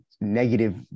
negative